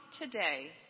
today